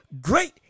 great